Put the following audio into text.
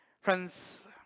Friends